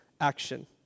action